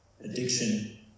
addiction